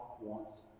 wants